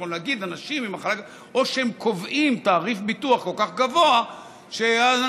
או שהם קובעים תעריף ביטוח כל כך גבוה שאנשים